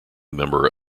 member